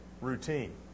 routine